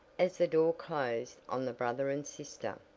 as the door closed on the brother and sister.